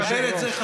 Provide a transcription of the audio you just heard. אני מקבל את זה.